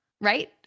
right